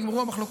נגמרו המחלוקות.